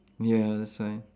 ya that's why